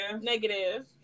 Negative